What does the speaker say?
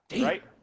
right